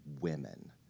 women